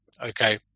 okay